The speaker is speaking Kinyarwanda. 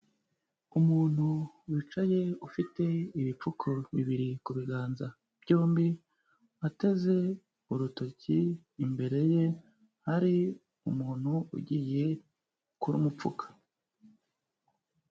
Umuntu wicaye ufite ibipfuko bibiri ku biganza byombi, ateze urutoki, imbere ye hari umuntu ugiye kurumupfuka.